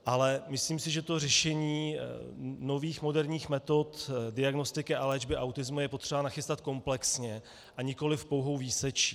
Ale myslím si, že to řešení nových moderních metod diagnostiky a léčby autismu je potřeba nachystat komplexně, a nikoliv pouhou výsečí.